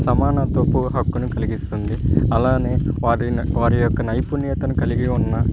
సమానత్వపు హక్కుని కలిగిస్తుంది అలాగే వారిన్ వారి యొక్క నైపుణ్యతను కలిగి ఉన్న